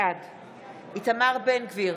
בעד איתמר בן גביר,